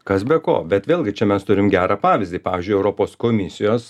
kas be ko bet vėlgi čia mes turim gerą pavyzdį pavyzdžiui europos komisijos